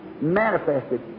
manifested